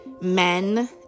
men